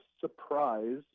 surprise